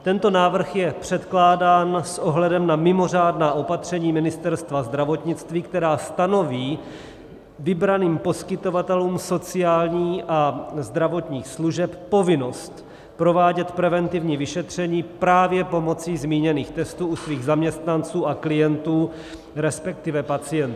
Tento návrh je předkládán s ohledem na mimořádná opatření Ministerstva zdravotnictví, která stanoví vybraným poskytovatelům sociálních a zdravotních služeb povinnost provádět preventivní vyšetření právě pomocí zmíněných testů u svých zaměstnanců a klientů, resp. pacientů.